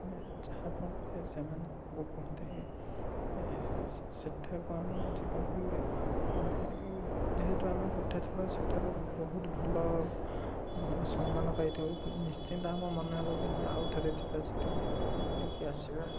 ଆମେ ଯାହା ଫଳରେ ସେମାନେ ଆମକୁ କୁହନ୍ତି ସେଠାକୁ ଆମକୁ ଯିବାକୁ ବି ମାନେ ଯେହେତୁ ଆମେ ଗୋଟେ ଥର ସେଠାରୁ ବହୁତ ଭଲ ସମ୍ମାନ ପାଇଥାଉ ନିଶ୍ଚିତ ଆମ ମନ ହେବ କି ଆମେ ଆଉ ଥରେ ଯିବା ସେଠିକି ବୁଲିକି ଆସିବା